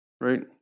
right